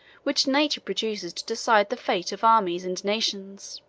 which nature produces to decide the fate of armies and nations